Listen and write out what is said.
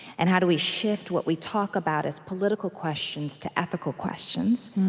and how do we shift what we talk about as political questions to ethical questions,